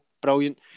Brilliant